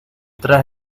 tras